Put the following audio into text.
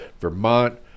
Vermont